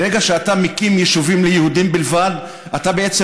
ברגע שאתה מקים יישובים ליהודים בלבד אתה בעצם